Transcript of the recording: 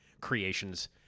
creations